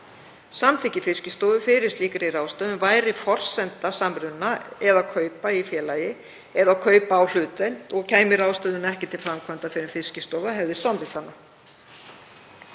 Samþykki Fiskistofu fyrir slíkri ráðstöfun væri forsenda samruna eða kaupa í félagi eða kaupa á hlutdeild og kæmi ráðstöfunin ekki til framkvæmda fyrr en Fiskistofa hefði samþykkt hana.